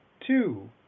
two